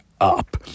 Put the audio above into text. up